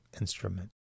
instrument